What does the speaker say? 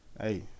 hey